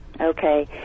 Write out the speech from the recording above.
Okay